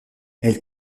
elle